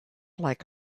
like